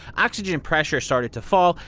oxygen pressure started to fall,